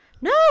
No